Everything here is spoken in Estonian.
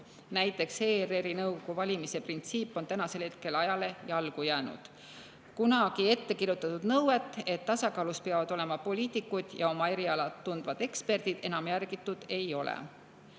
Näiteks ERR-i nõukogu valimise printsiip on täna ajale jalgu jäänud. Kunagi ettekirjutatud nõuet, et tasakaalus peavad olema poliitikud ja oma eriala tundvad eksperdid, enam järgitud ei ole.